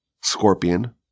Scorpion